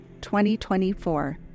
2024